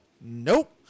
Nope